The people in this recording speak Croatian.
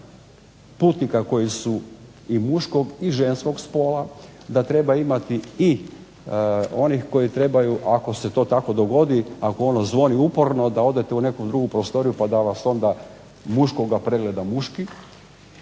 putnika koji su i muškog i ženskog spola, da treba imati i onih koji trebaju, ako se to tako dogodi, ako ono zvoni uporno da odete u neku drugu prostoriju pa da vas onda muškoga pregleda muški,